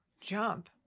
jump